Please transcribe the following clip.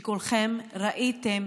כולכם ראיתם,